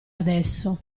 adesso